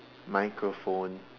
microphone